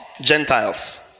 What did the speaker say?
Gentiles